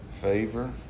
Favor